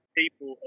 people